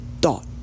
Thought